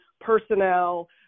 personnel